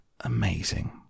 amazing